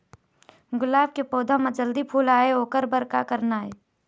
गुलाब के पौधा म जल्दी फूल आय ओकर बर का करना ये?